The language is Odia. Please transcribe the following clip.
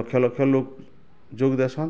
ଲକ୍ଷ୍ ଲକ୍ଷ୍ ଲୋକ୍ ଯୋଗ୍ ଦେସନ୍